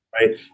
right